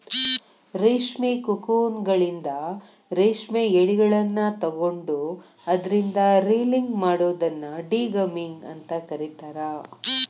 ರೇಷ್ಮಿ ಕೋಕೂನ್ಗಳಿಂದ ರೇಷ್ಮೆ ಯಳಿಗಳನ್ನ ತಕ್ಕೊಂಡು ಅದ್ರಿಂದ ರೇಲಿಂಗ್ ಮಾಡೋದನ್ನ ಡಿಗಮ್ಮಿಂಗ್ ಅಂತ ಕರೇತಾರ